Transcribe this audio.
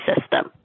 system